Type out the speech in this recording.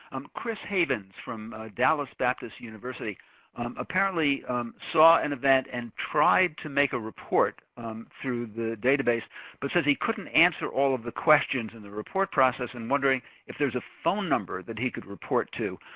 um chris havens from dallas baptist university apparently saw an event and tried to make a report through the database but says he couldn't answer all of the questions in the report process and wondering if there is a phone number that he could report to.